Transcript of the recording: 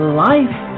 life